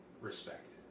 respect